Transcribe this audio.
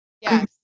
Yes